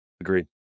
agreed